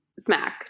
smack